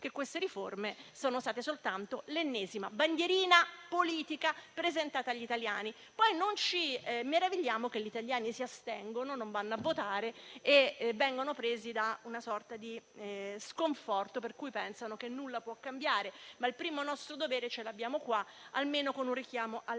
100 o 200 miliardi, sono state soltanto l'ennesima bandierina politica presentata agli italiani. Poi non ci meravigliamo che gli italiani si astengano, non vadano a votare e vengano presi da una sorta di sconforto per cui pensano che nulla possa cambiare. Il primo nostro dovere ce l'abbiamo qui, almeno con un richiamo alla realtà.